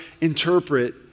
interpret